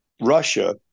Russia